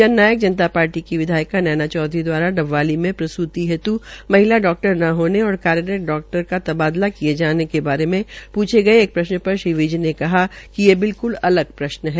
जन नायक जनता पार्टी की विधायिका नैना चौधरी दवारा डबवाली मे प्रसूति हेतु महिला डाक्टर न होने और कार्यरत डाक्टर का तबादला किये जाने के बारे में पूछे गये प्रश्न पर श्री विज ने कहा कि यह बिल्कुल अलग प्रश्न है